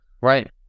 Right